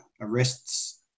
arrests